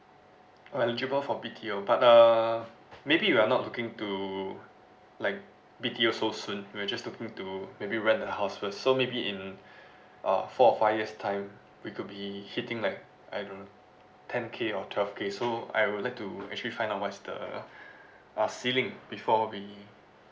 oh eligible for B_T_O but uh maybe we're not looking to like B_T_O so soon we're just looking to maybe rent a house first so maybe in uh four or five years time we could be hitting like I don't know ten k or twelve okay so I would like to actually find out what's the uh ceiling before we